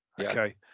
okay